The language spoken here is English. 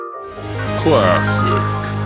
Classic